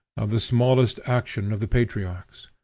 of the smallest action of the patriarchs.